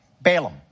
Balaam